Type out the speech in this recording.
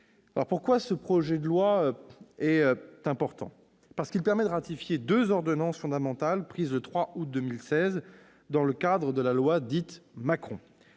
Pourquoi ce projet de loi est-il important ? Il permet de ratifier deux ordonnances fondamentales, prises le 3 août 2016, dans le cadre de la loi dite « Macron »